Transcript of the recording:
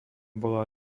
bola